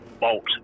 bolt